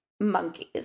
monkeys